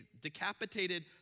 decapitated